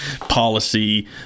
policy